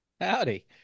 Howdy